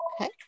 okay